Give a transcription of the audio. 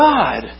God